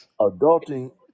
Adulting